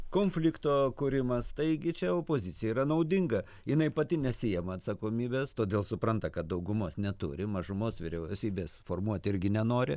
konflikto kūrimas taigi čia opozicijai yra naudinga jinai pati nesijama atsakomybės todėl supranta kad daugumos neturi mažumos vyriausybės formuot irgi nenori